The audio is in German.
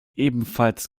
ebenfalls